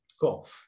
Cool